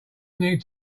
need